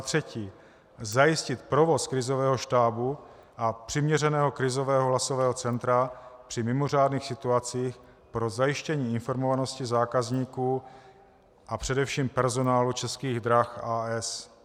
3. zajistit provoz krizového štábu a přiměřeného krizového hlasového centra při mimořádných situacích pro zajištění informovanosti zákazníků a především personálu Českých drah, a. s.